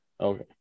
Okay